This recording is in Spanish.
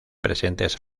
presentes